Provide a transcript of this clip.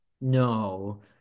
No